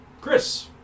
chris